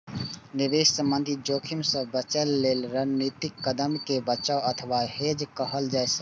निवेश संबंधी जोखिम सं बचय लेल रणनीतिक कदम कें बचाव अथवा हेज कहल जाइ छै